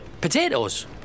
Potatoes